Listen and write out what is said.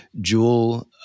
jewel